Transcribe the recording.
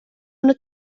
una